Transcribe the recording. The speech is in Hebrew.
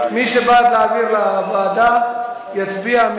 מי שבעד להעביר לוועדה, יצביע.